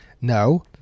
No